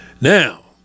Now